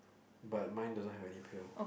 but mine doesn't have any pill